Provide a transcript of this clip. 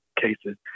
cases